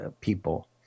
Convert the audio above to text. people